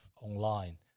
online